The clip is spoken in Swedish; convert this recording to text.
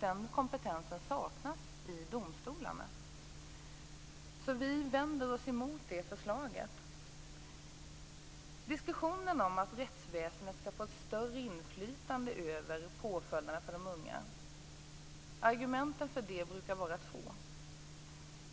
Den kompetensen saknas vid domstolarna. Vi vänder oss därför emot det förslaget. I diskussionen om att rättsväsendet skall få ett större inflytande över påföljderna för de unga brukar argumenten vara två.